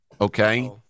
Okay